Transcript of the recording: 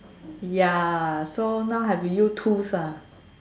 ya so now I have to use tools ah